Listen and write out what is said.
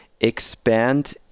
expand